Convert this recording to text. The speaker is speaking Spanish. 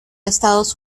estados